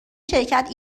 شرکت